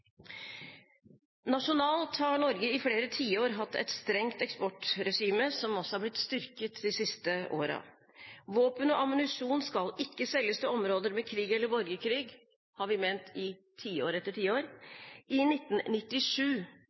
Nasjonalt har Norge i flere tiår hatt et strengt eksportregime, som også har blitt styrket de siste årene. Våpen og ammunisjon skal ikke selges til områder med krig eller borgerkrig. Dette har vi ment i tiår etter tiår. I 1997